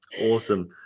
Awesome